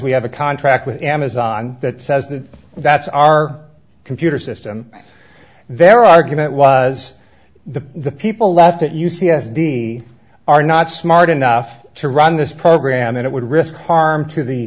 we have a contract with amazon that says that that's our computer system their argument was the the people let at u c s d are not smart enough to run this program and it would risk harm to the